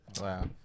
Wow